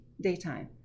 daytime